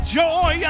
joy